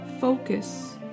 focus